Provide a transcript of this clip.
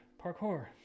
parkour